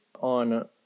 on